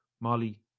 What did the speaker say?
Molly